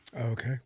Okay